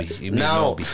now